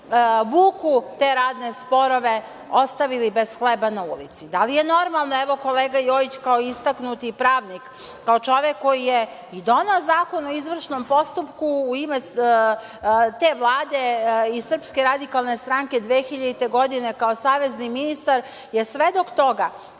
vuku te radne sporove, ostavili bez hleba na ulici. Da li je normalno, evo kolega Jojić kao istaknuti pravnik, kao čovek koji je i doneo Zakon o izvršnom postupku, u ime te Vlade i SRS 2000. godine, kao savezni ministar je svedok toga,